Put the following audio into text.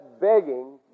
begging